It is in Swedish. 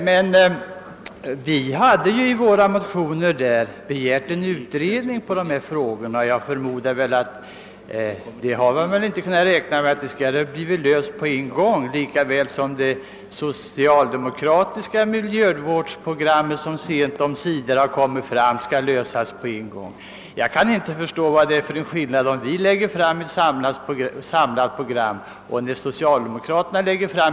I de motionerna har vi emellertid bara begärt en utredning om miljövårdsfrågorna, och ingen har väl räknat med att våra program i det avseendet skulle genomföras på en gång — lika litet som det socialdemokratiska miljövårdsprogram som nu sent omsider har lagts fram kan genomföras på en gång. Jag förstår inte vad det är för skillnad om vi lägger fram ett samlat program eller om socialdemokraterna gör det.